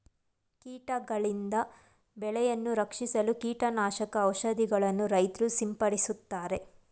ಕೀಟಗಳಿಂದ ಬೆಳೆಯನ್ನು ರಕ್ಷಿಸಲು ಕೀಟನಾಶಕ ಔಷಧಿಗಳನ್ನು ರೈತ್ರು ಸಿಂಪಡಿಸುತ್ತಾರೆ